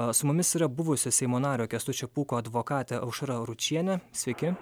su mumis yra buvusi seimo nario kęstučio pūko advokatė aušra ručienė sveiki